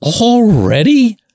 already